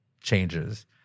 changes